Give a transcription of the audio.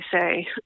say